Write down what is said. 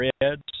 Reds